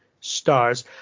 stars